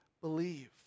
believe